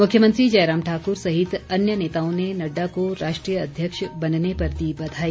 मुख्यमंत्री जयराम ठाकुर सहित अन्य नेताओं ने नड्डा को राष्ट्रीय अध्यक्ष बनने पर दी बधाई